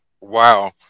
Wow